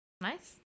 nice